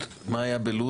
מה היה בלוד?